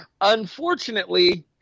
Unfortunately